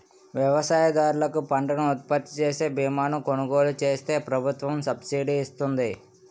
వ్యవసాయదారులు పంటను ఉత్పత్తిచేసే బీమాను కొలుగోలు చేస్తే ప్రభుత్వం సబ్సిడీ ఇస్తుంది